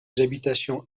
habitations